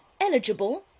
eligible